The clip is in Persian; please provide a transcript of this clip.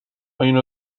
اینو